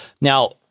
now